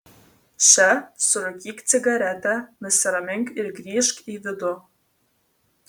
še surūkyk cigaretę nusiramink ir grįžk į vidų